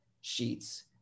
sheets